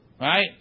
Right